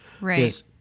Right